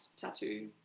tattoo